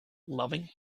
loving